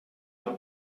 del